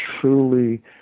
truly